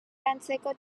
lantzeko